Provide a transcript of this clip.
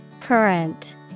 Current